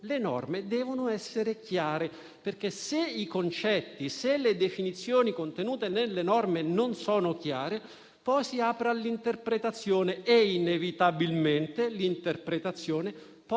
le norme devono essere chiare. Se infatti i concetti e le definizioni contenute nelle norme non sono chiare, poi si apre all'interpretazione e, inevitabilmente, l'interpretazione porta